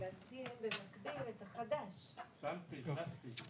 לסיים את הדיון ב-11:00.